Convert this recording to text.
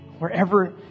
wherever